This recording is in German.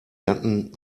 gatten